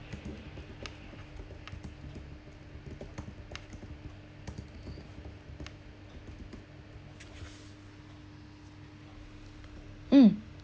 um